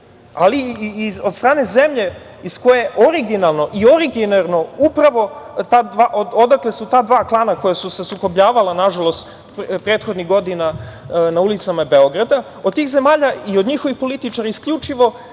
ali i od strane zemlje iz koje su originalno upravo ta dva klana koja su se sukobljavala, nažalost, prethodnih godina na ulicama Beograda… Od tih zemalja i od njihovih političara isključivo